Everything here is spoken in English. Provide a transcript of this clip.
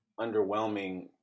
underwhelming